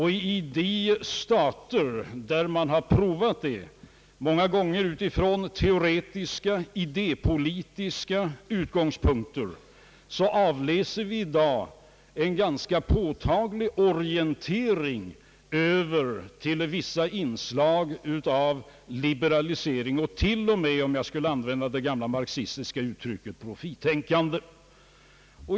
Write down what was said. I de stater som har prövat en sådan ekonomi — många gånger ifrån teoretiska idépolitiska utgångspunkter — konstaterar vi i dag en ganska påtaglig orientering över till vissa inslag av liberalisering och till och med, om jag skulle använda det gamla marxistiska uttrycket, profittänkande.